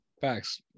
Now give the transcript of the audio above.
Facts